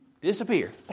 disappear